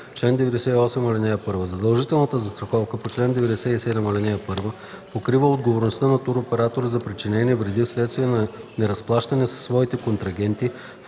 чл. 98: „Чл. 98. (1) Задължителната застраховка по чл. 97, ал. 1 покрива отговорността на туроператора за причинени вреди вследствие на неразплащане със своите контрагенти,